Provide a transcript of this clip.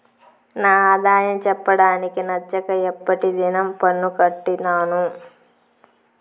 నా ఆదాయం చెప్పడానికి నచ్చక ఎప్పటి దినం పన్ను కట్టినాను